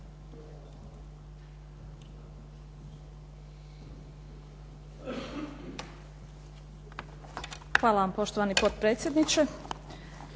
Hvala vam, poštovani potpredsjedniče.